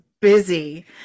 busy